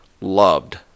loved